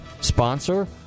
sponsor